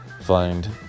find